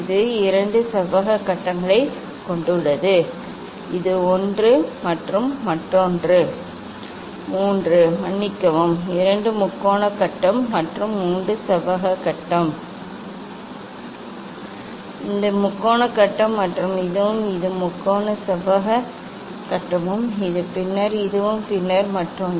இது இரண்டு செவ்வக கட்டங்களைக் கொண்டுள்ளது இது ஒன்று மற்றும் மூன்று மன்னிக்கவும் இரண்டு முக்கோண கட்டம் மற்றும் மூன்று செவ்வக கட்டம் இது முக்கோண கட்டம் மற்றும் இதுவும் இந்த மூன்று செவ்வக கட்டமும் இது பின்னர் இதுவும் பின்னர் மற்றொன்று